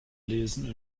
lesen